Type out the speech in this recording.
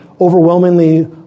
overwhelmingly